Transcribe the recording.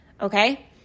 okay